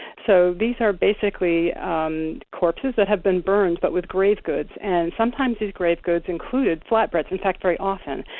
so these are basically um corpses that have been burned, but with grave goods. and sometimes these grave goods included included flatbreads. in fact, very often,